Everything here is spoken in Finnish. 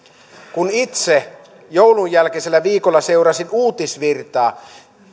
kun itse joulun jälkeisellä viikolla seurasin uutisvirtaa